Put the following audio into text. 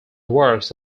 works